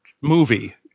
movie